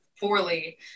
poorly